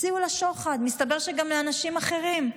הציעו לה שוחד, ומסתבר שגם לאנשים אחרים.